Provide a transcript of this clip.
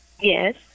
Yes